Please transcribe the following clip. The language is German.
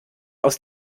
aus